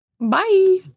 Bye